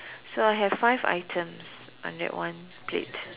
so I have five items on that one plate